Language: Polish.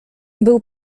był